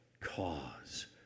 cause